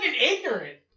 ignorant